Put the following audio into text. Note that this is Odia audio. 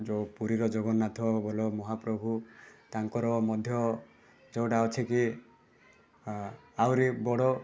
ଯେଉଁ ପୁରୀର ଜଗନ୍ନାଥ ବଳଭଦ୍ର ମହାପ୍ରଭୁ ତାଙ୍କର ମଧ୍ୟ ଯେଉଁଟା ଅଛି କି ଆଁ ଆହୁରି ବଡ଼